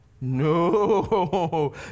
No